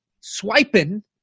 swiping